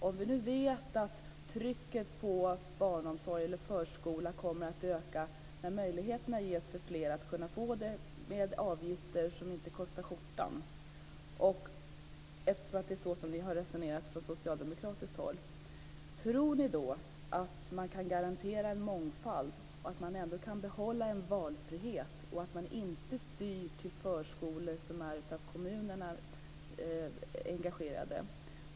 Om vi nu vet att trycket på barnomsorgen eller förskolan ökar när möjlighet ges för fler att få detta till avgifter som är sådana att det inte "kostar skjortan" - det är ju så ni har resonerat från socialdemokratiskt håll - tror ni då att man genom införandet av maxtaxan ändå kan garantera mångfald och behålla valfrihet; detta utan att styra till förskolor som är av kommunerna engagerade?